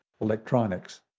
electronics